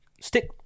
Stick